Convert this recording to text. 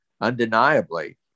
undeniably